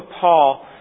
Paul